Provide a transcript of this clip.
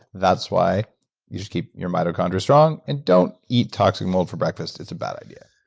that's why you should keep your mitochondria strong and don't eat toxic mold for breakfast. it's a bad idea.